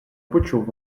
почув